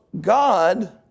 God